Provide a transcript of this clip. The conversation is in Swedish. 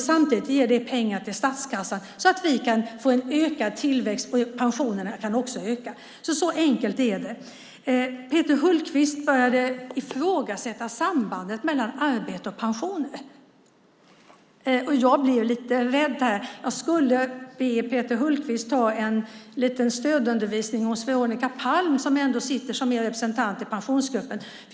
Samtidigt ger det pengar till statskassan så att vi kan få en ökad tillväxt och så att pensionerna också kan öka. Så enkelt är det. Peter Hultqvist började ifrågasätta sambandet mellan arbete och pensioner. Jag blev lite rädd här. Jag skulle vilja att Peter Hultqvist ber Veronica Palm om lite stödundervisning eftersom hon ändå sitter som er representant i pensionsgruppen.